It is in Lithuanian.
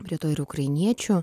prie to ir ukrainiečių